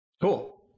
Cool